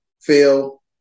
Phil